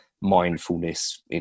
mindfulness